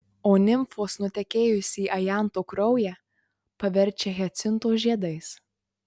o nimfos nutekėjusį ajanto kraują paverčia hiacinto žiedais